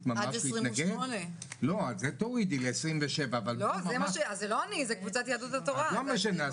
אבל שיהיה 24/7. חברת הכנסת פינטו,